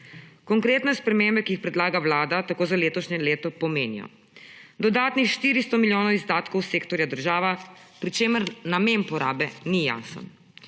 Konkretne spremembe, ki jih predlaga Vlada, tako za letošnje leto pomenijo dodatnih 400 milijonov izdatkov sektorja država, pri čemer namen porabe ni jasen.